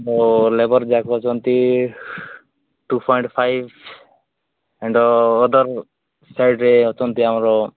ତ ଲେବର୍ଯାକ ଅଛନ୍ତି two point five and other ସାଇଡ଼୍ରେ ଅଛନ୍ତି ଆମର